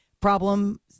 problem